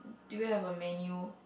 do you have a menu